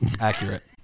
accurate